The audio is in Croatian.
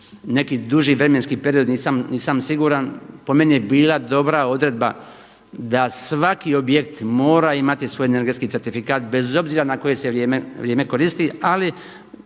neki duži vremenski period nisam siguran. Po meni je bila dobra odredba da svaki objekt mora imati svoje energetski certifikat bez obzira na koje se vrijeme koristi. Ali